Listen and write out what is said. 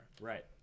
Right